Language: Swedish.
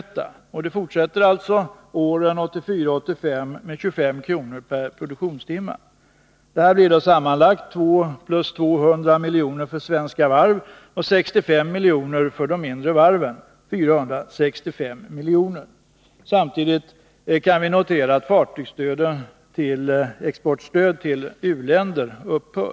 Det finns nu kvar åren 1984-1985, och det utgår 25 kr. per produktionstimme. Det blir nu fråga om 200 miljoner plus 200 miljoner för Svenska Varv och 65 miljoner för de mindre varven, totalt 465 miljoner. Samtidigt kan vi notera att fartygsexportstöd till u-länder upphör.